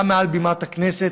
גם מעל בימת הכנסת,